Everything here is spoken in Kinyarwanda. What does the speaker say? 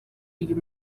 uyu